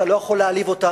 אתה לא יכול להעליב אותם.